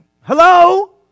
Hello